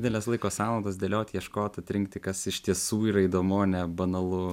didelės laiko sąnaudos dėliot ieškot atrinkti kas iš tiesų yra įdomu ne banalu